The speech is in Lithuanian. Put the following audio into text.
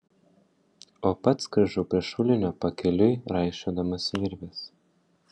o pats grįžau prie šulinio pakeliui raišiodamas virves